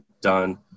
done